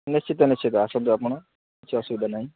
ନିଶ୍ଚିତ ନିଶ୍ଚିତ ଆସନ୍ତୁ ଆପଣ କିଛି ଅସୁବିଧା ନାହିଁ